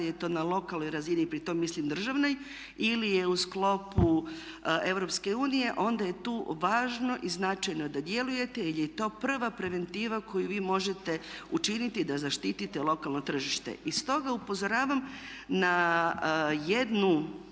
je to na lokalnoj razini i pritom mislim državnoj ili je u sklopu EU onda je tu važno i značajno da djelujete jer je to prva preventiva koju vi možete učiniti da zaštitite lokalno tržište. I stoga upozoravam na jedan